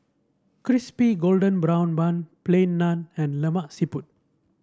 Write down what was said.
Crispy Golden Brown Bun Plain Naan and Lemak Siput